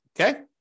Okay